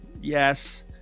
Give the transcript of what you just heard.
yes